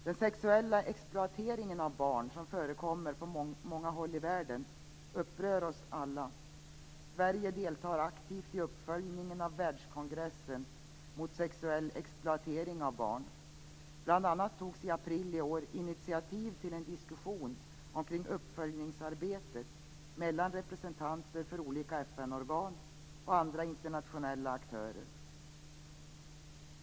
Den sexuella exploatering av barn som förekommer på många håll i världen upprör oss alla. Sverige deltar aktivt i uppföljningen av världskongressen mot sexuell exploatering av barn. Bl.a. togs i april i år initiativ till en diskussion kring uppföljningsarbetet mellan representanter för olika FN-organ och andra internationella aktörer.